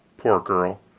poor girl,